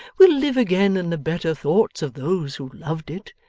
will live again in the better thoughts of those who loved it,